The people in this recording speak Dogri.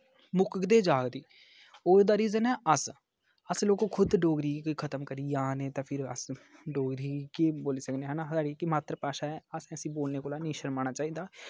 मुकदे जा दी ओह्दा रीज़न ऐ अस अस लोक खुद डोगरी गी खत्म करी जा ने तां फिर अस डोगरी केह् बोली सकने है ना साढ़ी कि मात्तर भाशा ऐ असें इसी बोलने कोला नेईं शरमाना चाहिदा